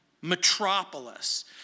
metropolis